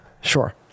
Sure